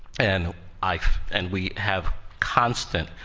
and i and we have constant,